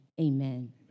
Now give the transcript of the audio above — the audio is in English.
Amen